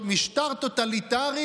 "משטר טוטליטרי,